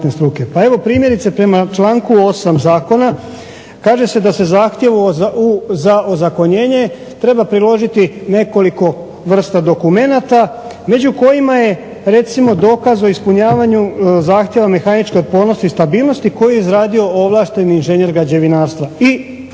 Pa evo primjerice, prema članku 8. Zakona kaže se da se zahtjevu za ozakonjenje treba priložiti nekoliko vrsta dokumenata među kojima je recimo dokaz o ispunjavanju zahtjeva mehaničke otpornosti i stabilnosti koji je izradio ovlašteni inženjer građevinarstva